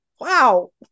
wow